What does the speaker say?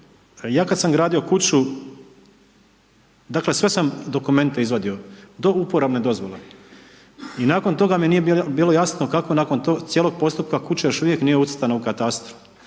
ja kada sam gradio kuću, dakle sve sam dokumente izvadio do uporabne dozvole. I nakon toga mi nije bilo jasno kako nakon tog cijelog postupka kuća još uvijek nije ucrtana u katastru.